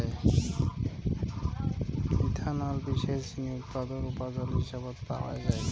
ethanol বিশেষ করি চিনি উৎপাদন উপজাত হিসাবত পাওয়াঙ যাই